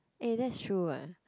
eh that's true what